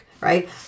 right